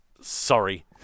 Sorry